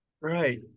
Right